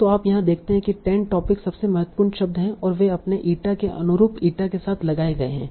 तो आप यहाँ देखते हैं कि 10 टॉपिक्स सबसे महत्वपूर्ण शब्द हैं और वे अपने ईटा के अनुरूप ईटा के साथ लगाए गए हैं